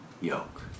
yoke